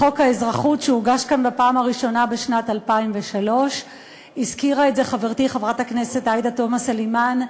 לחוק האזרחות שהוגש כאן בפעם הראשונה בשנת 2003. הזכירה חברתי חברת הכנסת עאידה תומא סלימאן,